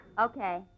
Okay